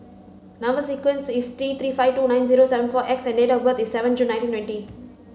number sequence is T three five two nine zero seven four X and date of birth is seven June nineteen twenty